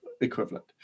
equivalent